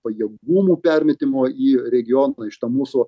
pajėgumų permetimo į regioną iš to mūsų